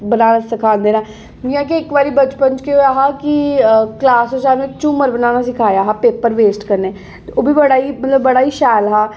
बनाना सखांदे न जि'यां के इक बारी बचपन च के होआ हा के क्लास च असेंगी इक झूमर बनाना सखया हा पेपर वेस्ट कन्नै बड़ा ही बड़ा गै शैल हा